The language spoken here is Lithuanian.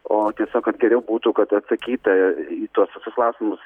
o tiesiog kad geriau būtų kad atsakyta į tuos klausimus